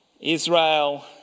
Israel